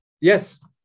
Yes